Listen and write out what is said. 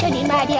and me mad. yeah